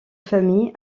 famille